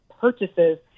purchases